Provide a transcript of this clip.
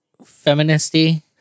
feministy